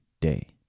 day